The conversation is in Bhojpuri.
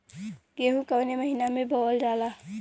गेहूँ कवने महीना में बोवल जाला?